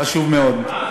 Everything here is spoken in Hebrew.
חשוב מאוד.